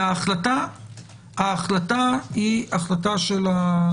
ההחלטה היא החלטה של הממשלה.